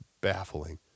baffling